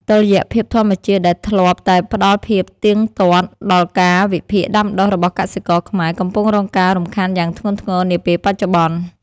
តុល្យភាពធម្មជាតិដែលធ្លាប់តែផ្ដល់ភាពទៀងទាត់ដល់កាលវិភាគដាំដុះរបស់កសិករខ្មែរ កំពុងរងការរំខានយ៉ាងធ្ងន់ធ្ងរនាពេលបច្ចុប្បន្ន។